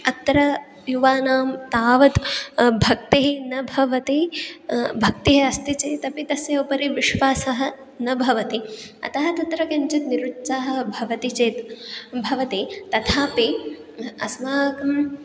अत्र युवानां तावद् भक्तिः न भवति भक्तिः अस्ति चेदपि तस्य उपरि विश्वासः न भवति अतः तत्र किञ्चित् निरुत्साहः भवति चेत् भवति तथापि अस्माकम्